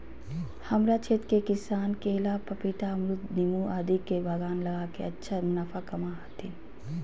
हमरा क्षेत्र के किसान केला, पपीता, अमरूद नींबू आदि के बागान लगा के अच्छा मुनाफा कमा हथीन